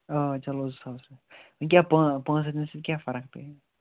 آ چلو زٕ ساس رۄپیہِ یہِ کیٛاہ پانٛژ پانٛژ ہیٚتنہِ سۭتۍ کیٛاہ فَرَق پیٚیہِ